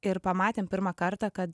ir pamatėm pirmą kartą kad